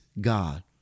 God